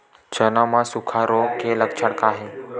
चना म सुखा रोग के लक्षण का हे?